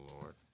Lord